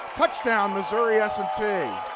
touchdown missouri s and t.